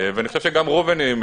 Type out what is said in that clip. ואני חושב שגם ראובן מכיר,